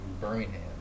Birmingham